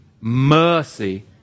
mercy